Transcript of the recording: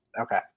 okay